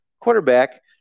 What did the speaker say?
quarterback